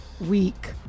week